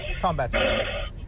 Combat